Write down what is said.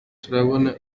turabona